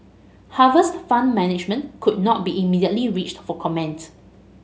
Harvest Fund Management could not be immediately reached for comment